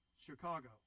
Chicago